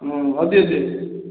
ଦିଅ ଦିଅ